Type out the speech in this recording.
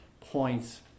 points